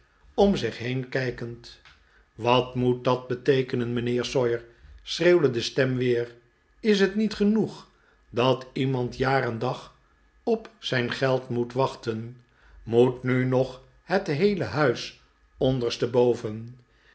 om zich heen kijkend wat moet dat beteekenen mijnheer sawyer schreeuwde de stem weer is het niet genoeg dat iemand jaar en dag op zijn geld moet wachten moet nu nog het heele huis